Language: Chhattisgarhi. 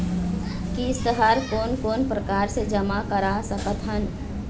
किस्त हर कोन कोन प्रकार से जमा करा सकत हन?